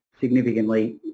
significantly